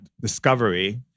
discovery